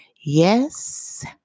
Yes